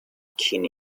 keen